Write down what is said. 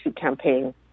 campaign